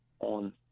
on